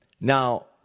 Now